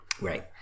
Right